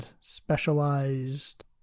specialized